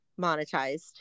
monetized